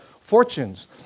fortunes